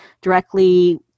directly